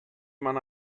man